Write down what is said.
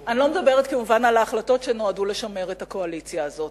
אני לא מדברת כמובן על ההחלטות שנועדו לשמר את הקואליציה הזאת,